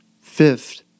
fifth